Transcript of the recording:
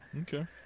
Okay